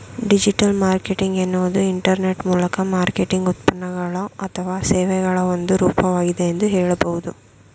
digital marketing ಎನ್ನುವುದು internet ಮೂಲಕ marketing ಉತ್ಪನ್ನಗಳು ಅಥವಾ ಸೇವೆಗಳ ಒಂದು ರೂಪವಾಗಿದೆ ಎಂದು ಹೇಳಬಹುದು